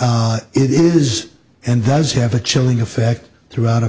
it is and does have a chilling effect throughout a